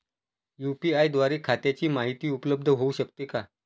UPI द्वारे खात्याची माहिती उपलब्ध होऊ शकते का?